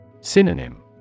Synonym